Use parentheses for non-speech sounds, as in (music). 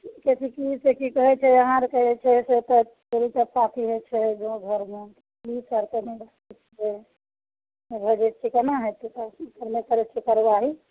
कहय छै कि से की कहय छै अहाँ आरके जे छै से तऽ चोरी चकाती होइ छै गाँव घरमे पुलिस आर (unintelligible) भजय छियै केना हेतय तब केना करय छियै कार्यवाही